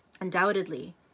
Undoubtedly